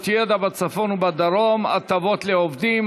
ידע בצפון ובדרום (הטבות לעובדים),